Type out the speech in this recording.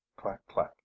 Clack-clack